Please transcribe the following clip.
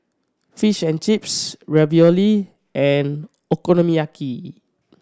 Fish and Chips Ravioli and Okonomiyaki